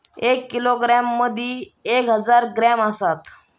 एक किलोग्रॅम मदि एक हजार ग्रॅम असात